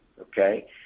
okay